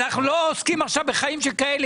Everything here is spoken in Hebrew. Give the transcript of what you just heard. אנחנו לא עוסקים עכשיו ב"חיים שכאלה",